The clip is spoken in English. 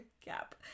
Gap